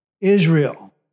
Israel